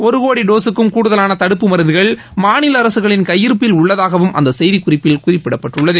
ஒரு கோடி டோஸுக்கும் கூடுதலான தடுப்பு மருந்துகள் மாநில அரசுகளின் கையிருப்பில் உள்ளதாகவும் அந்த செய்திக்குறிப்பில் குறிப்பிடப்பட்டுள்ளது